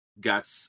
got